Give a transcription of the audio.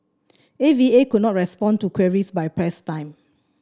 A V A could not respond to queries by press time